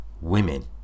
women